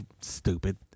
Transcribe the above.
stupid